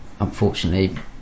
unfortunately